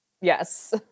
yes